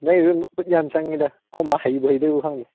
ꯅꯣꯏꯒꯤꯗꯨ ꯈꯨꯠ ꯌꯥꯝ ꯆꯪꯉꯤꯗ ꯑꯩꯈꯣꯏ ꯃꯥ ꯍꯩꯕꯨ ꯍꯩꯗꯧꯔꯤꯕ ꯈꯪꯗꯦ